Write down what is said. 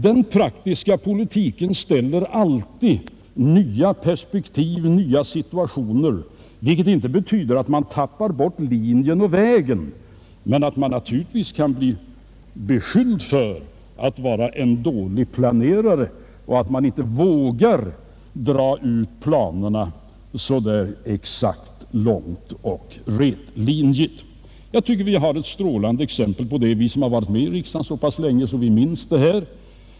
Den praktiska politiken ställer alltid nya perspektiv, nya situationer, vilket inte betyder att man tappar bort linjen och vägen men att man naturligtvis kan bli beskylld för att vara en dålig planerare och att man inte vågar dra ut planerna så där exakt långt och rätlinjigt. Vi som varit med i riksdagen så pass länge att vi minns det här har ett strålande exempel på detta.